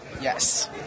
Yes